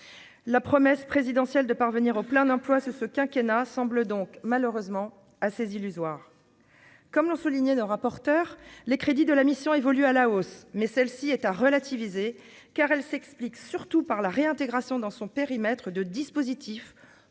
la promesse présidentielle de parvenir au plein emploi, c'est ce quinquennat semble donc malheureusement assez illusoire, comme l'ont souligné d'rapporteur les crédits de la mission évolue à la hausse, mais celle-ci est à relativiser car elle s'explique surtout par la réintégration dans son périmètre de dispositifs